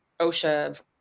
OSHA